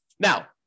Now